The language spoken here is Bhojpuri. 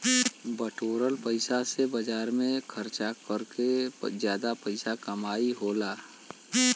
बटोरल पइसा से बाजार में खरचा कर के जादा पइसा क कमाई होला